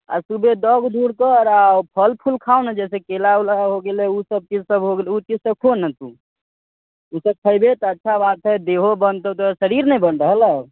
आ सुबहे दौग धूप कर आ फल फूल खा ने जैसे केरा उरा हो गेलै ओसभ चीज सबभ हो गेलै ओ चीजसभ खो ने तू ईसभ खयबे तऽ अच्छा बात छै देहो बनतौ शरीर नहि बनि रहलौ